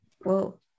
Whoa